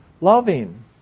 Loving